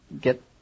get